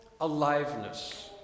aliveness